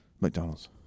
McDonald's